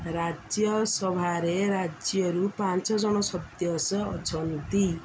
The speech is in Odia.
ରାଜ୍ୟସଭାରେ ରାଜ୍ୟରୁ ପାଞ୍ଚ ଜଣ ସଦସ୍ୟ ଅଛନ୍ତି